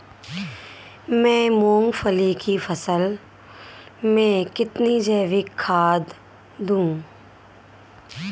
मैं मूंगफली की फसल में कितनी जैविक खाद दूं?